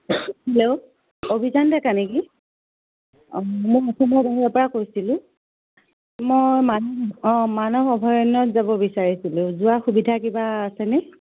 hello Abhijan Deka নেকি মই পৰা কৈছিলোঁ মই মানস অ' মানস অভয়াৰণ্যত যাব বিচাৰিছিলোঁ যোৱা সুবিধা কিবা আছেনে